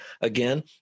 Again